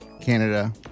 Canada